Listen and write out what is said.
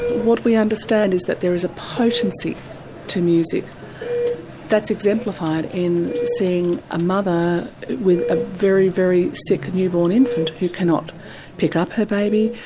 what we understand is that there is a potency to music that's exemplified in seeing a mother with a very, very sick newborn infant who cannot pick up her baby,